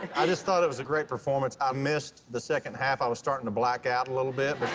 i just thought it was a great performance. i missed the second half. i was starting to black out little bit,